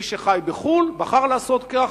מי שחי בחוץ-לארץ, בחר לעשות כך.